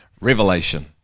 revelation